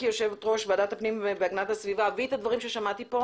כיושבת-ראש ועדת הפנים והגנת הסביבה אני אביא את הדברים ששמעתי פה